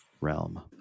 realm